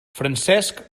francesc